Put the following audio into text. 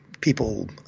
people